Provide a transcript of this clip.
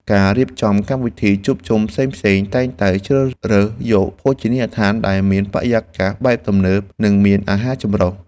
ការរៀបចំកម្មវិធីជួបជុំផ្សេងៗតែងតែជ្រើសរើសយកភោជនីយដ្ឋានដែលមានបរិយាកាសបែបទំនើប និងមានអាហារចម្រុះ។